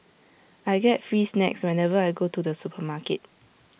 I get free snacks whenever I go to the supermarket